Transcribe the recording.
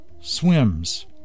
swims